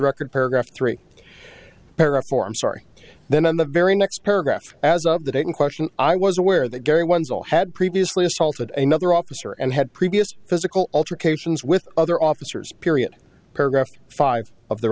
record paragraph three para four i'm sorry then in the very next paragraph as of the date in question i was aware that gary ones all had previously assaulted a mother officer and had previous physical altercations with other officers period paragraph five of the